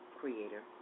creator